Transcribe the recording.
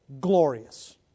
glorious